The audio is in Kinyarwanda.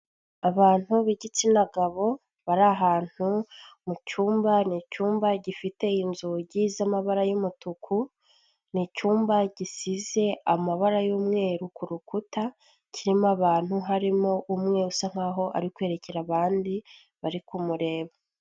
Abantu b'igitsina gabo bari ahantu mucyumba, ni icyumba gifite inzugi za'mabara y'umutuku, ni icyumba gisize amabara y'umweru, ku rukuta kirimo abantu harimo umwe usa nk'aho ari kwerekera abandi bari kumureba.